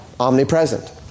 Omnipresent